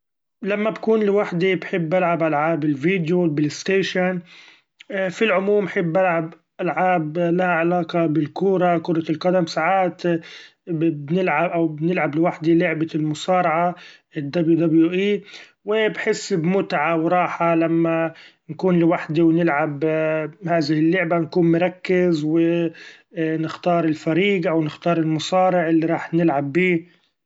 لما بكون لوحدي بحب ألعب ألعاب ال PlayStation ، Vedio ف العموم أحب ألعب ألعاب لها علاقة بالكوره كرة القدم ساعات بنلعب لوحدي لعبة المصارعه ال World Wrestling Entertainment و بحس بمتعه و راحه لما نكون لوحدي و نلعب هذه اللعبة ، نكون مركز و نختار الفريق أو نختار المصارع اللي رح نلعب بي.